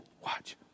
Watch